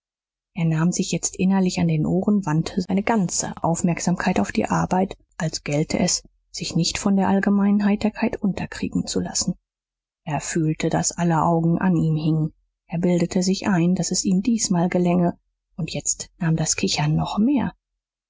er nahm sich jetzt innerlich an den ohren wandte seine ganze aufmerksamkeit auf die arbeit als gelte es sich nicht von der allgemeinen heiterkeit unterkriegen zu lassen er fühlte daß aller augen an ihm hingen er bildete sich ein daß es ihm diesmal gelänge und jetzt nahm das kichern noch mehr